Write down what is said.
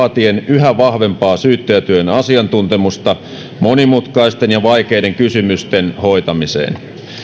yhä vahvempaa syyttäjän työn asiantuntemusta monimutkaisten ja vaikeiden kysymysten hoitamiseen